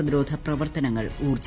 പ്രതിരോധ പ്രവർത്തനങ്ങൾ ഊർജിതം